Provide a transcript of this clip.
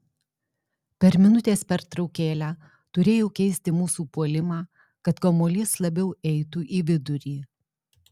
per minutės pertraukėlę turėjau keisti mūsų puolimą kad kamuolys labiau eitų į vidurį